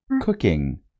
cooking